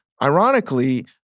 Ironically